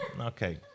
Okay